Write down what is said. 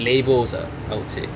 labels ah I would say